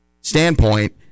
standpoint